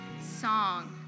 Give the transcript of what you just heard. song